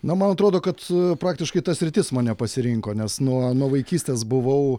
na man atrodo kad praktiškai ta sritis mane pasirinko nes nuo nuo vaikystės buvau